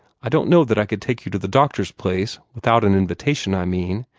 i don't know that i could take you to the doctor's place without an invitation, i mean.